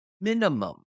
minimum